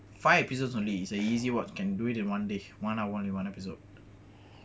five episodes only is an easy watch can do it in one day one hour one episode